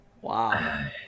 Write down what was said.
Wow